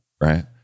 right